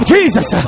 Jesus